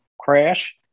crash